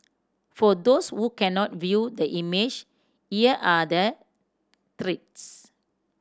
for those who can not view the image here are the threats